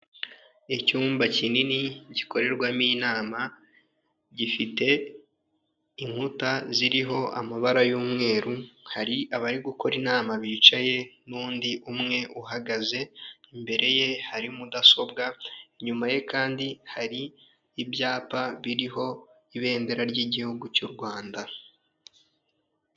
Icyumba kinini gikorerwamo inama, gifite inkuta ziriho amabara y'umweru, hari abari gukora inama bicaye n'undi umwe uhagaze, imbere ye hari mudasobwa, inyuma ye kandi hari ibyapa biriho ibendera ry'igihugu cy'u Rwanda.